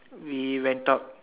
we went out